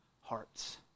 hearts